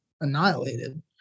annihilated